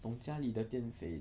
dong 家里的电费